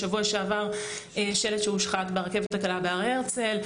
בשבוע שעבר היה שלט שהושחת ברכבת הקלה בהר הרצל,